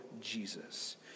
Jesus